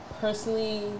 personally